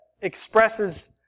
expresses